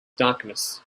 darkness